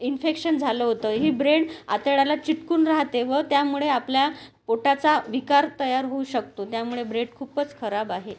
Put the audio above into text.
infection झालं होतं ही ब्रेड आतड्याला चिकटून राहते व त्यामुळे आपल्या पोटाचा विकार तयार होऊ शकतो त्यामुळे ब्रेड खूपच खराब आहे